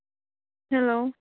hello